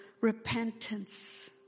repentance